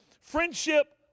friendship